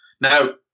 Now